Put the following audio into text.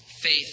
Faith